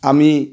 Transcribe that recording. আমি